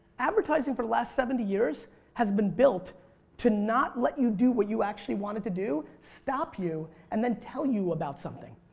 advertising for the last seventy years has been built to not let you do what you actually wanted to do, stop you and then tell you about something.